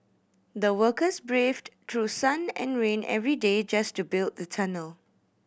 the workers braved through sun and rain every day just to build the tunnel